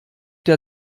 der